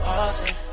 often